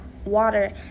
water